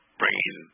bringing